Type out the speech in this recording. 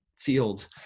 Field